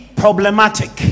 problematic